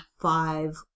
five